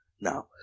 Now